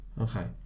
Okay